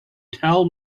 tell